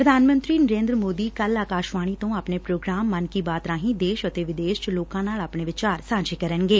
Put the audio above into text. ਪ੍ਰਧਾਨ ਮੰਤਰੀ ਨਰੇਂਦਰ ਮੋਦੀ ਕੱਲ ਆਕਾਸ਼ਵਾਣੀ ਤੋਂ ਆਪਣੇ ਪ੍ਰੋਗਰਾਮ ਮਨ ਕੀ ਬਾਤ ਰਾਹੀਂ ਦੇਸ਼ ਅਤੇ ਵਿਦੇਸ਼ ਚ ਲੋਕਾਂ ਨਾਲ ਆਪਣੇ ਵਿਚਾਰ ਸਾਂਝੇ ਕਰਨਗੇ